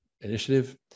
initiative